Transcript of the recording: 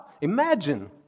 Imagine